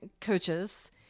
coaches